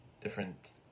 different